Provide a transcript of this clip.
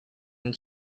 and